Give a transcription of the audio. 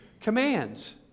commands